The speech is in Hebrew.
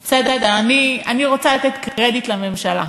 בסדר, אני רוצה לתת קרדיט לממשלה.